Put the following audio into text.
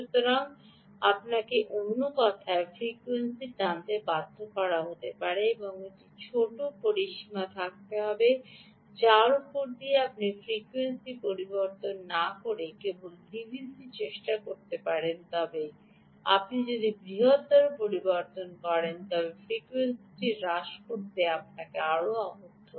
সুতরাং আপনাকে অন্য কথায় ফ্রিকোয়েন্সিটি টানতে বাধ্য করা হবে সেখানে একটি ছোট পরিসীমা থাকবে যার উপর দিয়ে আপনি ফ্রিকোয়েন্সি পরিবর্তন না করে কেবল ডিভিএস করতে পারবেন তবে আপনি যদি বৃহত্তর পরিবর্তন করেন তবে ফ্রিকোয়েন্সিটি হ্রাস করতে আপনার আবদ্ধও হয়